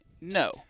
no